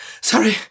Sorry